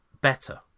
better